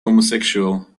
homosexual